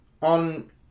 on